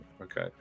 Okay